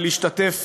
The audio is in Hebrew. ולהשתתף